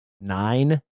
nine